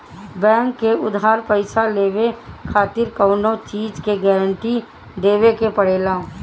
bank से उधार पईसा लेवे खातिर कवनो चीज के गारंटी देवे के पड़ेला